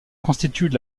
constituent